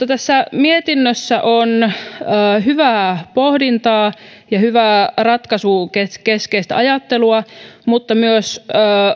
tässä mietinnössä on hyvää pohdintaa ja hyvää ratkaisukeskeistä ajattelua mutta myös